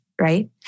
right